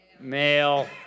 Male